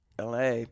la